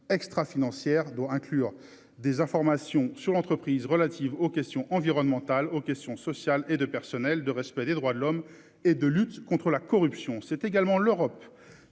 extra- financière doit inclure des informations. Sur l'entreprise relatives aux questions environnementales aux questions sociales et de personnel, de respect des droits de l'homme et de lutte contre la corruption, c'est également l'Europe.